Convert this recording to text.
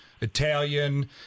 Italian